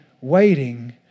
waiting